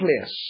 place